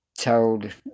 told